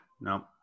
No